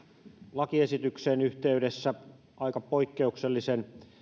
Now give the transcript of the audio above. lakiesityksen yhteydessä aika poikkeuksellisen